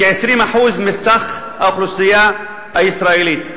כ-20% מסך האוכלוסייה הישראלית.